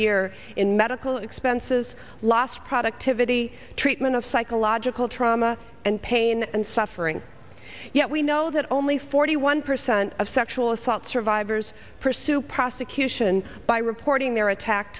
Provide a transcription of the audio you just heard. year in medical expenses lost productivity treatment of psychological trauma and pain and suffering yet we know that only forty one percent of sexual assault survivors pursue prosecution by reporting their attack